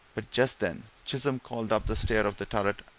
but just then chisholm called up the stair of the turret,